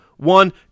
One